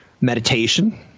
Meditation